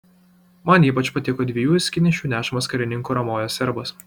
man ypač patiko dviejų skydnešių nešamas karininkų ramovės herbas